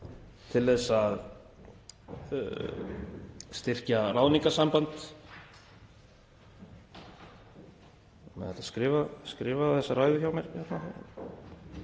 til að styrkja ráðningarsamband.